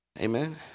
Amen